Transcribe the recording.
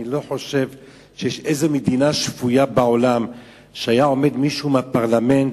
אני לא חושב שיש איזו מדינה שפויה בעולם שבה היה עומד מישהו בפרלמנט